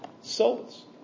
souls